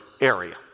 area